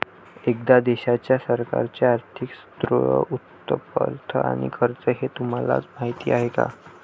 एखाद्या देशाच्या सरकारचे आर्थिक स्त्रोत, उत्पन्न आणि खर्च हे तुम्हाला माहीत आहे का